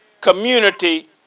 community